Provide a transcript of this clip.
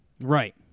Right